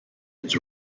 ins